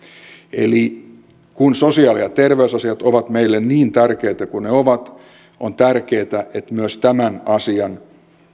eli kun sosiaali ja terveysasiat ovat meille niin tärkeitä kuin ne ovat on tärkeää että myös tämän asian